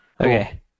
Okay